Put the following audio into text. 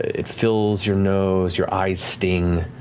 it fills your nose, your eyes sting,